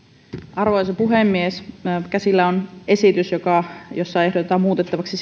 arvoisa puhemies käsillä on esitys jossa ehdotetaan muutettavaksi